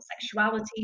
sexuality